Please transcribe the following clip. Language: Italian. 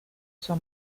sua